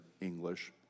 English